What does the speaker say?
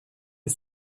est